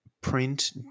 print